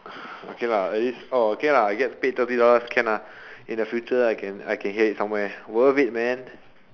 okay lah at least orh okay lah I get paid thirty dollars can lah in the future I can I can hear it somewhere worth it man